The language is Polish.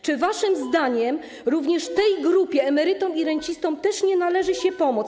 Czy waszym zdaniem również tej grupie, emerytom i rencistom, nie należy się pomoc?